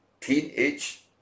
teenage